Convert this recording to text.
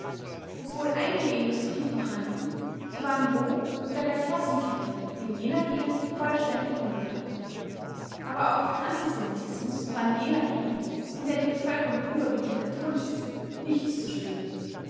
obwohl einige industrie vorhanden so waren lohn oder gar klassenkämpfe in jener gegend vollständig unbekannt aber auch vom antisemitismus war in jener gegend in der die bevölkerung überwiegend katholisch ist nichts zu spüren